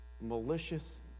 malicious